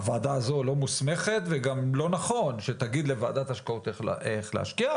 הועדה הזו לא מוסמכת וגם לא נכון שתגיד לוועדת השקעות איך להשקיע,